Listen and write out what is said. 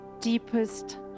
deepest